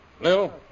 Lil